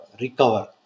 recover